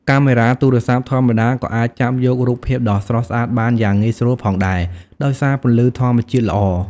កាមេរ៉ាទូរស័ព្ទធម្មតាក៏អាចចាប់យករូបភាពដ៏ស្រស់ស្អាតបានយ៉ាងងាយស្រួលផងដែរដោយសារពន្លឺធម្មជាតិល្អ។